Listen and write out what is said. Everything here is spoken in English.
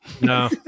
No